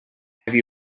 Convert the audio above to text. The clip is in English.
have